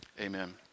amen